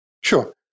Sure